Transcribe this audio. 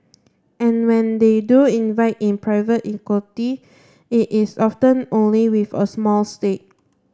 and when they do invite in private equity it is often only with a small stake